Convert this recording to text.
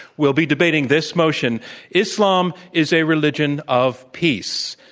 will be debating this motion islam is a religion of peace.